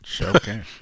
Okay